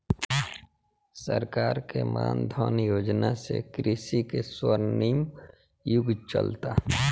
सरकार के मान धन योजना से कृषि के स्वर्णिम युग चलता